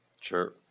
Sure